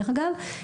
דרך אגב,